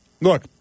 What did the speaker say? look